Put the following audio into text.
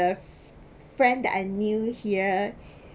the friend that I knew here